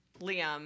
Liam